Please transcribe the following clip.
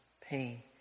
pain